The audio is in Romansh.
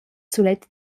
sulet